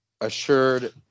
Assured